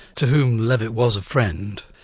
to whom levitt was a friend,